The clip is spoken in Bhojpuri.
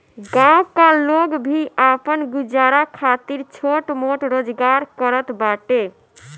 गांव का लोग भी आपन गुजारा खातिर छोट मोट रोजगार करत बाटे